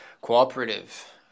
cooperative